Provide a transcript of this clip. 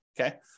Okay